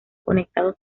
conectados